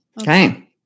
Okay